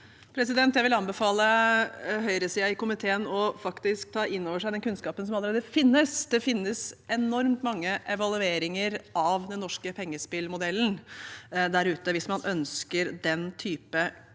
Jeg vil anbefale høyresiden i komiteen faktisk å ta inn over seg den kunnskapen som allerede finnes. Det finnes enormt mange evalueringer av den norske pengespillmodellen der ute hvis man ønsker den type kunnskap.